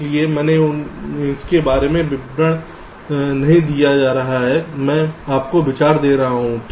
इसलिए मैं इसके बहुत विवरण में नहीं जा रहा हूं मैं आपको विचार दे रहा हूं